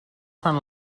fan